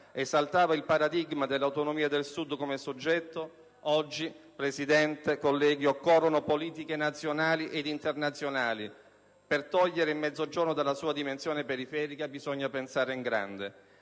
esaltava il paradigma dell'autonomia del Sud come soggetto, oggi, signor Presidente, colleghi, «occorrono politiche nazionali ed internazionali: per togliere il Mezzogiorno dalla sua dimensione periferica bisogna pensare in grande».